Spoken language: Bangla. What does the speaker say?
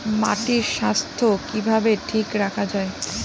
মাটির স্বাস্থ্য কিভাবে ঠিক রাখা যায়?